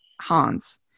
Hans